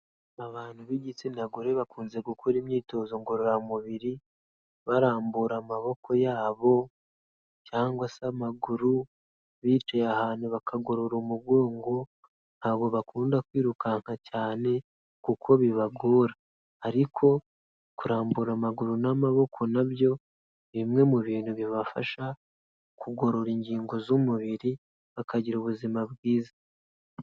Abantu b'igitsina gore bakunze gukora imyitozo ngororamubiri, barambura amaboko yabo cyangwa se amaguru, bicaye ahantu bakagorora umugongo ntabwo bakunda kwirukanka cyane kuko bibagora ariko kurambura amaguru n'amaboko nabyo, ni bimwe mu bintu bibafasha kugorora ingingo z'umubiri bakagira ubuzima bwiza.